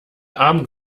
abend